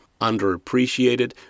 underappreciated